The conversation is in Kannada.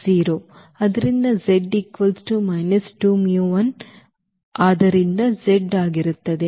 ಆದ್ದರಿಂದ ಆದ್ದರಿಂದ ಅದು z ಆಗಿರುತ್ತದೆ